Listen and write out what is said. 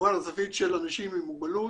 זו של אנשים עם מוגבלות.